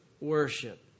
worship